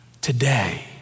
Today